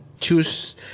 Choose